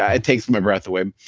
ah it takes my breath away,